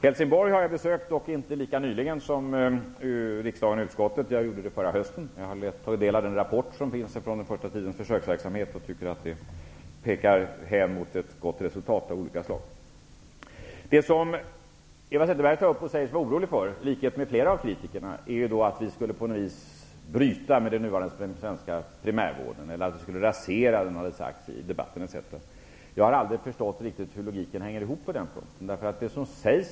Helsingborg har jag besökt, dock inte lika nyligen som riksdagen och utskottet. Jag var där förra hösten. Jag har tagit del av rapporten från den första tidens försöksverksamhet och tycker att den pekar mot goda resultat av flera slag. Eva Zetterberg och flera av kritikerna har sagt sig vara oroliga för att vi på något sätt skulle bryta med den nuvarande svenska primärvården eller rasera den. Jag har aldrig förstått logiken i det.